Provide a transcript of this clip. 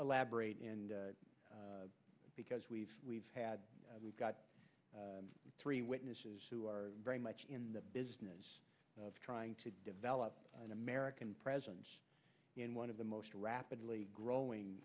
elaborate and because we've we've had we've got three witnesses who are very much in the business of trying to develop an american presence in one of the most rapidly growing